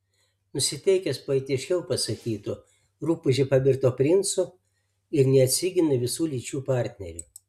nusiteikęs poetiškiau pasakytų rupūžė pavirto princu ir neatsigina visų lyčių partnerių